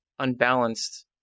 unbalanced